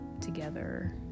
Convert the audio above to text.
together